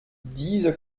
diese